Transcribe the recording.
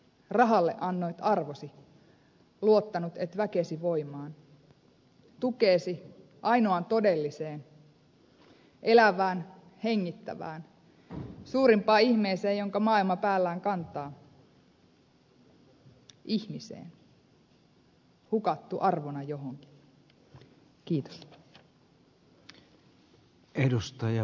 rahalle annoit arvosi luottanut et väkesi voimaan tukeesi ainoaan todelliseen elävään hengittävään suurimpaan ihmeeseen jonka maailma päällään kantaa ihmiseen hukattu arvona johonkin